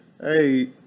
Hey